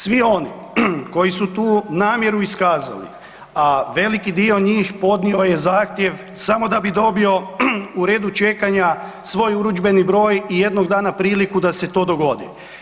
Svi oni koji su tu namjeru iskazali a veliki dio njih podnio je zahtjev samo da bi dobio u redu čekanja svoj urudžbeni broj i jednog dana priliku da se to dogodi.